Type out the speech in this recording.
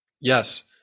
yes